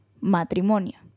matrimonio